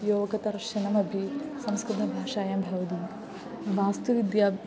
योगदर्शनमपि संस्कृतभाषायां भवति वास्तुविद्या